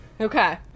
Okay